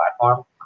platform